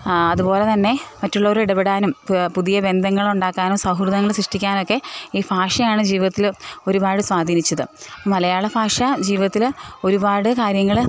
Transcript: അതുപോലെത്തന്നെ മറ്റുള്ളവർ ഇടപെടാനും പുതിയ ബന്ധങ്ങൾ ഉണ്ടാക്കാനും സൗഹൃദങ്ങൾ സൃഷ്ടിക്കാനും ഒക്കെ ഈ ഭാഷയാണ് ജീവിതത്തിൽ ഒരുപാട് സ്വാധീനിച്ചത് മലയാള ഭാഷ ജീവിതത്തിൽ ഒരുപാട് കാര്യങ്ങൾ